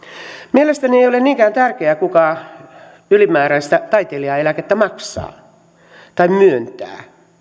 mielestäni ei ole niinkään tärkeää kuka ylimääräistä taiteilijaeläkettä maksaa tai myöntää